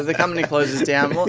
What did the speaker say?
ah company closes down.